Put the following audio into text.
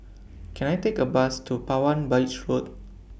Can I Take A Bus to Palawan Beach Walk